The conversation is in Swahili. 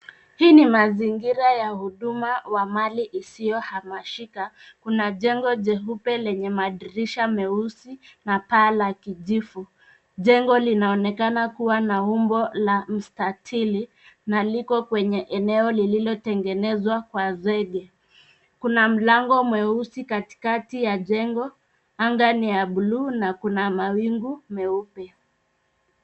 Hii ni mazingira ya huduma wa mali isiyohamishika, kuna jengo jeupe lenye madirisha meusi na paa la kijivu. Jengo linaonekana kuwa na umbo la mstatili na liko kwenye eneo lililotengenezwa kwa zege. Kuna mlango mweusi katikati ya jengo. Anga ni ya buluu na kuna mawingu meupe.